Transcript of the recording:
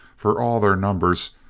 for all their numbers,